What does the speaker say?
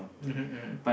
mmhmm mmhmm